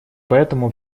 поэтому